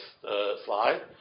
slide